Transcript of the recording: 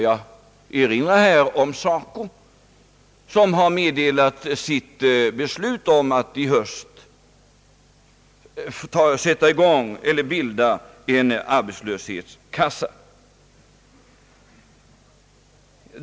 Jag erinrar om SACO, som har meddelat sitt beslut om att i höst bilda en arbetslöshetskassa.